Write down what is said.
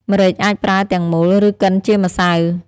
ម្រេចអាចប្រើទាំងមូល ឬកិនជាម្សៅ។